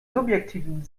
subjektiven